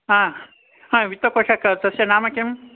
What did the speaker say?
हा हा वित्तकोषः कः तस्य नाम किम्